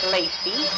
Lacey